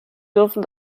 dürfen